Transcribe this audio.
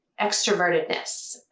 extrovertedness